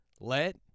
Let